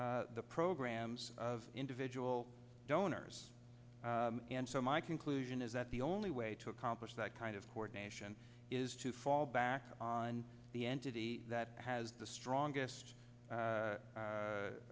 direct the programs of individual donors and so my conclusion is that the only way to accomplish that kind of coordination is to fall back on the entity that has the strongest